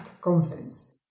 Conference